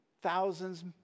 thousands